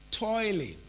Toiling